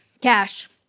cash